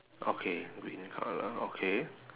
okay green colour okay